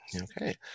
Okay